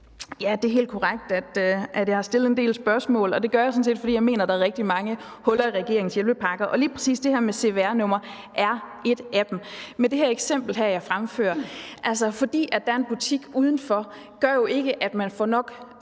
(V): Det er helt korrekt, at jeg har stillet en del spørgsmål, og det gør jeg sådan set, fordi jeg mener, der er rigtig mange huller i regeringens hjælpepakker, og lige præcis det her med cvr-numre er et af dem. Altså, det, at der er en butik udenfor, gør jo ikke, at man får nok